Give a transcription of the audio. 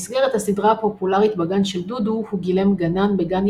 במסגרת הסדרה הפופולרית "בגן של דודו" הוא גילם "גנן" בגן